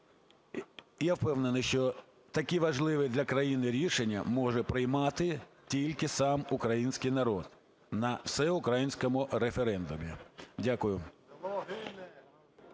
Я впевнений, що такі важливі для країни рішення може приймати тільки сам український народ на всеукраїнському референдумі. Дякую.